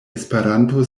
esperanto